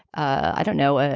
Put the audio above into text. i don't know, ah